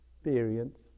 Experience